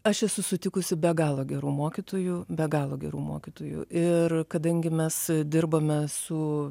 aš esu sutikusi be galo gerų mokytojų be galo gerų mokytojų ir kadangi mes dirbame su